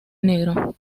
negro